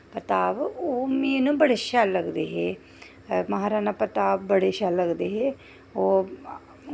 प्रताप ओह् ना मिगी बड़े शैल लगदे हे महाराणा प्रताप बड़े शैल लगदे हे ओह्